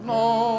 no